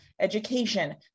education